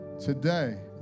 Today